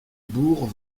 bourg